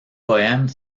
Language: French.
poème